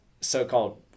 so-called